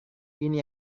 ini